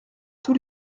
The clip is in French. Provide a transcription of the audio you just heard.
tous